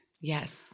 Yes